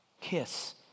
Kiss